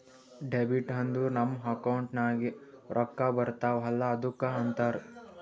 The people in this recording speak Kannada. ಡೆಬಿಟ್ ಅಂದುರ್ ನಮ್ ಅಕೌಂಟ್ ನಾಗ್ ರೊಕ್ಕಾ ಬರ್ತಾವ ಅಲ್ಲ ಅದ್ದುಕ ಅಂತಾರ್